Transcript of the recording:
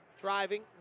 driving